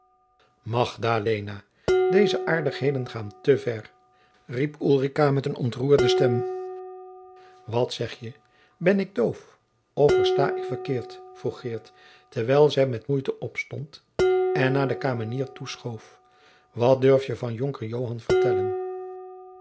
deze aartigheden gaan te ver riep ulrica met eene ontroerde stem wat zeg je ben ik doof of versta ik verkeerd vroeg geert terwijl zij met moeite opstond en naar de kamenier toeschoof wat durf je van jonker joan vertellen